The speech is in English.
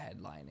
headlining